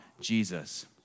Jesus